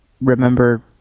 remember